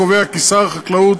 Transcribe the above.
הקובע כי שר החקלאות